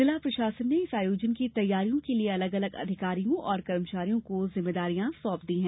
जिला प्रशासन ने इस आयोजन की तैयारियों के लिए अलग अलग अधिकारियों कर्मचारियों को जिम्मेदारियां सौंप दी है